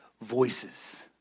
Voices